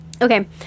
Okay